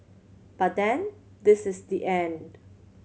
but then this is the end